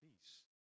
peace